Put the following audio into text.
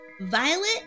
Violet